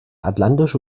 atlantische